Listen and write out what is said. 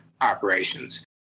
operations